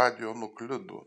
radionuklidų